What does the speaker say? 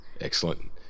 Excellent